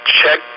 check